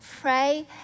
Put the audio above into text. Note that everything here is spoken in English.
pray